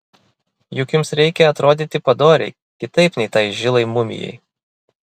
juk jums reikia atrodyti padoriai kitaip nei tai žilai mumijai